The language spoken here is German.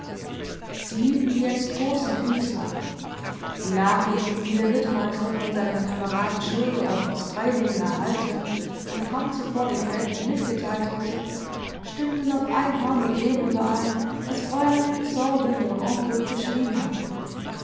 sie hielten jetzt großen kriegsrat die nachrichten die der rittmeister von seinem kameraden schulderoff aus freilingen erhalten und kaum zuvor der gräfin mitgeteilt hatte stimmten auf ein haar mit dem überein was fräulein sorben ihrem onkel geschrieben hatte